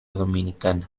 dominicana